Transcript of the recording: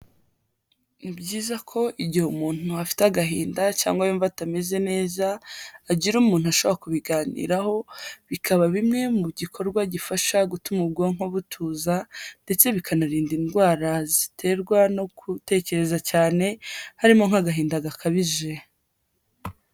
Ni byiza ko igihe umuntu afite agahinda, cyangwa yumva atameze neza, agira umuntu ashobora kubiganiraho, bikaba bimwe mu gikorwa gifasha gutuma ubwonko butuza, ndetse bikanarinda indwara ziterwa no gutekereza cyane, harimo nk'agahinda gakabije.